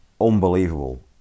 unbelievable